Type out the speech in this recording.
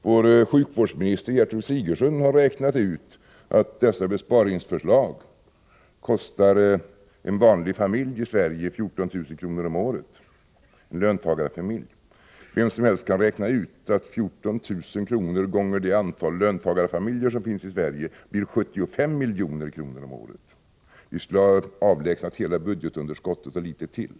Vår sjukvårdsminister Gertrud Sigurdsen har räknat ut att dessa besparingsförslag kostar en vanlig löntagarfamilj i Sverige 14 000 kr. om året. Vem som helst kan räkna ut att 14 000 kr. gånger det antal löntagarfamiljer som finns i Sverige blir 75 miljarder. Vi skulle därmed ha avlägsnat hela budgetunderskottet och litet till.